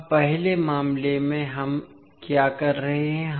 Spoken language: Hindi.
अब पहले मामले में हम क्या कर रहे हैं